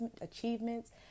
achievements